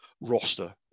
roster